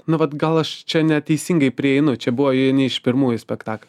nu vat gal aš čia neteisingai prieinu čia buvo vieni iš pirmųjų spektaklių